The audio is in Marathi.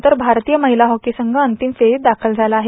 वीस वर्षानंतर भारतीय महिला हॉकी संघ अंतिम फेरीत दाखल झाला आहे